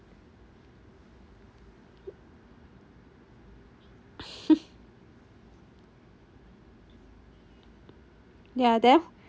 they are deaf